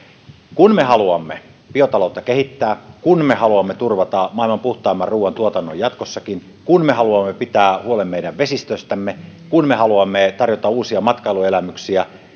kun me haluamme biotaloutta kehittää kun me haluamme turvata maailman puhtaimman ruuantuotannon jatkossakin kun me haluamme pitää huolen meidän vesistöistämme kun me haluamme tarjota uusia matkailuelämyksiä